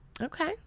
Okay